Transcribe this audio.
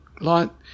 lot